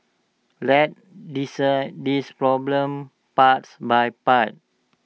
let's dissect this problem parts by part